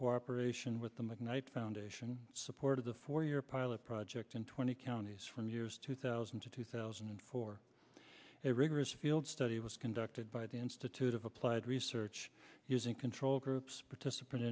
cooperation with the mcknight foundation support of the for your pilot project in twenty counties from years two thousand to two thousand and four a rigorous field study was conducted by the institute of applied research using control groups participa